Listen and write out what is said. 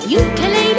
ukulele